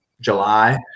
July